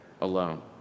alone